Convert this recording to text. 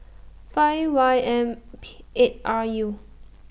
five Y M P eight R U